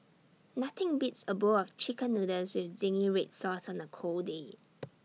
nothing beats A bowl of Chicken Noodles with Zingy Red Sauce on A cold day